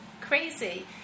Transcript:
crazy